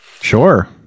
Sure